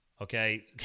okay